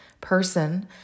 person